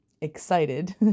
excited